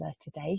today